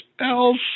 else